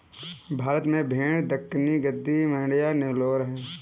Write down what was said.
भारत में भेड़ दक्कनी, गद्दी, मांड्या, नेलोर है